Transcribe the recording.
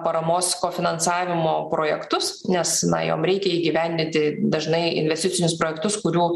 paramos kofinansavimo projektus nes na jom reikia įgyvendinti dažnai investicinius projektus kurių